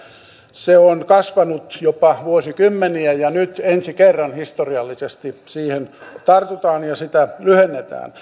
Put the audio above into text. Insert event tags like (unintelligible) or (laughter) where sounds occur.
se on kasvanut jopa vuosikymmeniä ja nyt ensi kerran historiallisesti siihen tartutaan ja sitä lyhennetään (unintelligible)